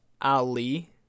Ali